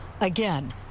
Again